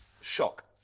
shock